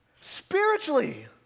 Spiritually